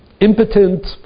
impotent